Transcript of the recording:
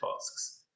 tasks